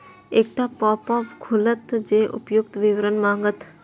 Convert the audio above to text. एकटा पॉपअप खुलत जे उपर्युक्त विवरण मांगत